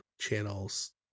channel's